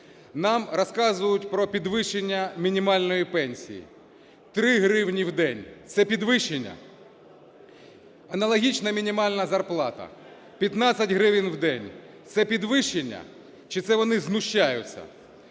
Нам розказують про підвищення мінімальної пенсії. Три гривні в день – це підвищення? Аналогічно мінімальна зарплата – 15 гривень в день. Це підвищення, чи це вони знущаються?